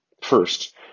First